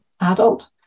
adult